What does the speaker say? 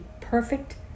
perfect